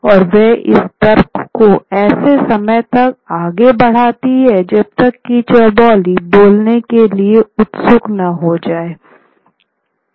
और वह इस तर्क को ऐसे समय तक आगे बढ़ाती है जब तक कि चौबोली बोलने के लिए उत्सुक न हो जाये